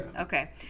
Okay